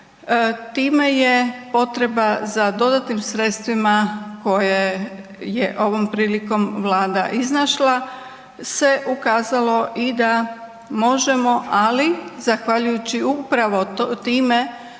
time je potreba za dodatnim sredstvima koje je ovom prilikom Vlada iznašla se ukazalo i da možemo, ali zahvaljujući upravo time